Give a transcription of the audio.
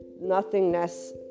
nothingness